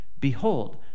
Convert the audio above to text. Behold